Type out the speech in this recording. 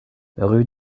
rue